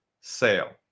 Sale